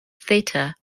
theta